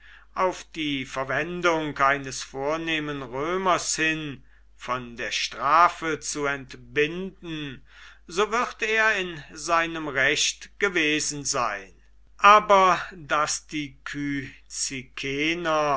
auf die verwendung eines vornehmen römers hin von der strafe zu entbinden so wird er in seinem recht gewesen sein aber daß die